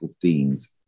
themes